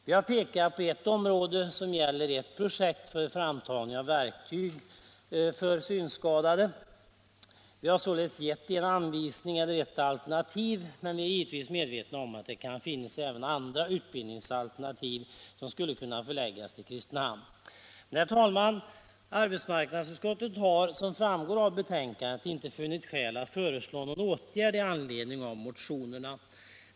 Vi har pekat på ett projekt för framtagning av verktyg för synskadade. Således har vi anvisat ett alternativ, men vi är givetvis medvetna om att det kan finnas även andra utbildningsalternativ, som skulle kunna komma i fråga för Kristinehamn. Herr talman! Arbetsmarknadsutskottet har, som framgår av betänkandet, inte funnit skäl att förelå någon åtgärd med anledning av motionerna.